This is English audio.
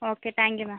okay thank you ma'am